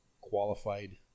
qualified